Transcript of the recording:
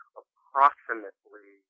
approximately